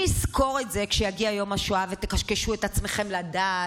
אני אזכור את זה כשיגיע יום השואה ותקשקשו את עצמכם לדעת: